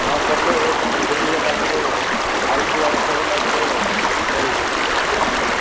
ନକଲେ ଏ କଣ ବୁଡ଼ିଗଲା କିରେ ଆଉ କୁଆଡ଼େ ପଳେଇଲା କିରେ କହିବେ ଉଁ